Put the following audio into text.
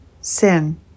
sin